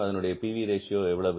இதனுடைய P V ratio எவ்வளவு